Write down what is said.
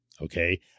Okay